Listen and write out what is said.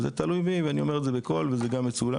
וזה תלוי בי ואני אומר את זה בקול וזה גם מצולם,